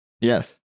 yes